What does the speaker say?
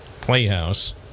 Playhouse